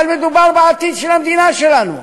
אבל מדובר בעתיד של המדינה שלנו.